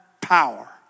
power